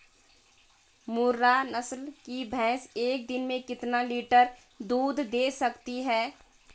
मुर्रा नस्ल की भैंस एक दिन में कितना लीटर दूध दें सकती है?